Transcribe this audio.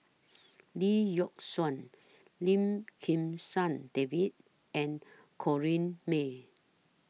Lee Yock Suan Lim Kim San David and Corrinne May